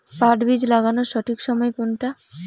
পাট বীজ লাগানোর সঠিক সময় কোনটা?